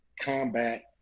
combat